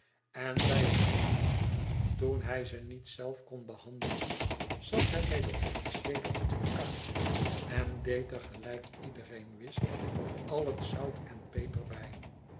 en bij hetproces toen hij ze niet zelf konbehandelen zat hij bij den officieelen advocaat en deed er gelijk iedereen wist al het zout en de peper bij